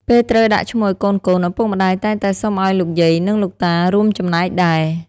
ពេលត្រូវដាក់ឈ្មោះឱ្យកូនៗ ឪពុកម្ដាយតែងតែសុំឱ្យលោកយាយ និងលោកតារួមចំណែកដែរ។